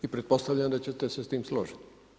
I pretpostavljam da ćete se sa time složiti.